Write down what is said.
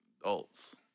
adults